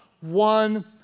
one